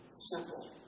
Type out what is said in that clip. simple